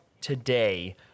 today